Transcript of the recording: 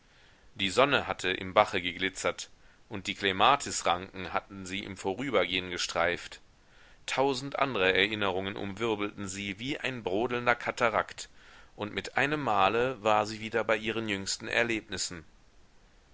die sonne hatte im bache geglitzert und die klematisranken hatten sie im vorübergehen gestreift tausend andre erinnerungen umwirbelten sie wie ein brodelnder katarakt und mit einem male war sie wieder bei ihren jüngsten erlebnissen